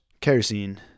Kerosene